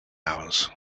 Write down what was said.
hours